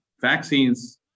vaccines